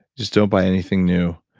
just don't buy anything new.